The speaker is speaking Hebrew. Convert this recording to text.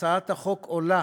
הצעת החוק עולה